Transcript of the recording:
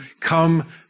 come